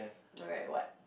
alright what